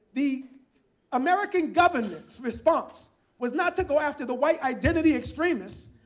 the american government's response was not to go after the white identity extremists,